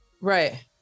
Right